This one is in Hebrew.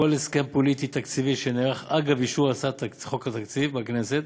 כל הסכם פוליטי תקציבי שנערך אגב אישור הצעת חוק התקציב בכנסת